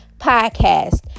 podcast